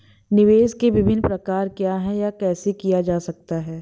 निवेश के विभिन्न प्रकार क्या हैं यह कैसे किया जा सकता है?